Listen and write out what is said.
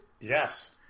Yes